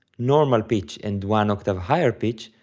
normal pitch and one-octave-higher pitch,